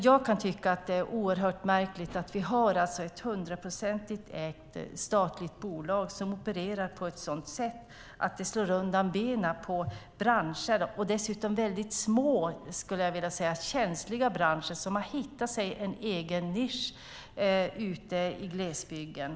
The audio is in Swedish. Jag kan tycka att det är oerhört märkligt att vi har ett hundraprocentigt statligt ägt bolag som opererar på ett sådant sätt att det slår undan benen på små, känsliga branscher som har hittat en egen nisch ute i glesbygden.